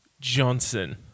Johnson